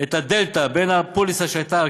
את הדלתא בין הפוליסה שהייתה,